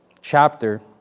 chapter